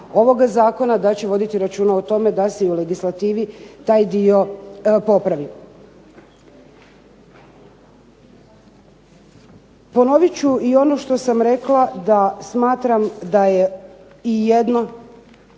ovoga zakona, da će voditi računa o tome da se i u legislativi taj dio popravi. Ponovit ću i ono što sam rekla da smatram da je i jedno,